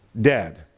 dead